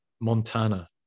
Montana